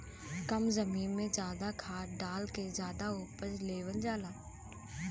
कम जमीन में जादा खाद डाल के जादा उपज लेवल जाला